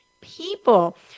people